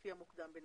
לפי המוקדם ביניהם.